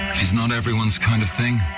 she's not everyone's kind of thing.